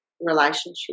relationship